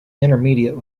intermediate